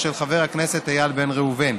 של חבר הכנסת איל בן ראובן.